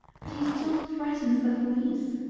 but he still threatens the police.